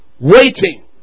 waiting